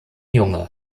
junge